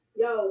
yo